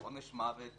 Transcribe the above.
עונש מוות